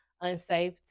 unsafe